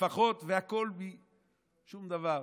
והכול, משום דבר.